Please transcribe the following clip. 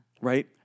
Right